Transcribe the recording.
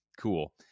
cool